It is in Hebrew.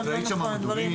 את ראית שם כלובים?